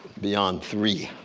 beyond three.